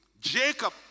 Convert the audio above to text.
Jacob